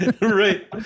Right